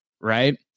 Right